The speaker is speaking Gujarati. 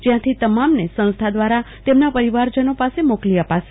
જ્યાંથી તમામને સંસ્થા દ્વારા તેમના પરિવારજનો પાસેથી મોકલી અપાશે